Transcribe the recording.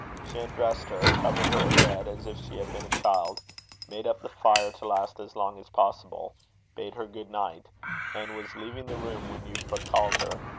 she undressed her covered her in bed as if she had been a child made up the fire to last as long as possible bade her good night and was leaving the room, when euphra called her.